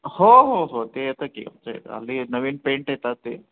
हो हो हो ते येतं की हल्ली नवीन पेंट येतात ते